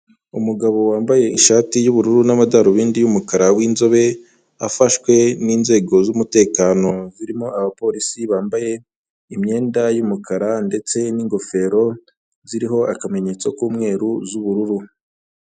Umugabo wambaye ishati y'ubururu n'amadarubindi y'umukara w'inzobe, afashwe n'inzego z'umutekano zirimo abapolisi bambaye imyenda y'umukara ndetse n'ingofero ziriho akamenyetso k'umweru z'ubururu.